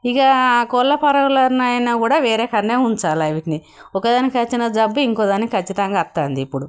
ఇక కోళ్ళఫారంలో అయినా కూడా వేరేకాన్నే ఉంచాలి వాటిని ఒకదానికి వచ్చిన జబ్బు ఇంకో దానికి ఖచ్చితంగా వస్తోంది ఇప్పుడు